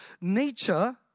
nature